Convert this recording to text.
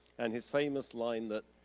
and his famous line that,